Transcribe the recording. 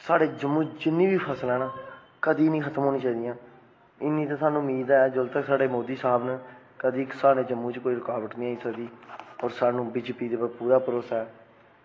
साढ़े जम्मू जिन्नी बी फसलां न कदीं निं खत्म होनी चाही दियां इन्नी स्हानू उम्मीद ऐ कि जदूं तगर साढ़े मोदी साह्ब न कदीं साढ़े जम्मू च कोई रुकावट निं आई सकदी होर स्हानू बीजेपी उप्पर पूरा भरोसा ऐ